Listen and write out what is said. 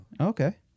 Okay